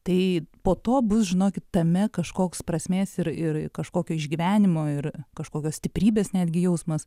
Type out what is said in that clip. tai po to bus žinokit tame kažkoks prasmės ir ir kažkokio išgyvenimo ir kažkokios stiprybės netgi jausmas